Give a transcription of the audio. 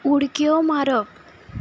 उडक्यो मारप